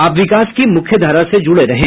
आप विकास की मुख्यधारा से जुड़े रहें